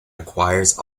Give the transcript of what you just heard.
acquires